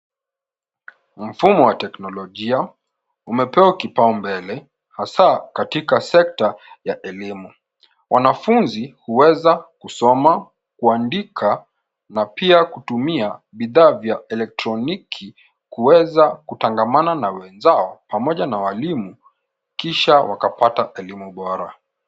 Mfumo wa teknolojia umepewa kipao mbele hasa katika sekta ya elimu. Wanafunzi huweza kusoma, kuandika na pia kutumia bidhaa vya eletroniki kuweza kutangamana na wenzao pamoja na walimu, kisha wakapata elimu bora.